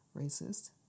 racist